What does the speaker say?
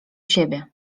siebie